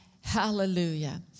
Hallelujah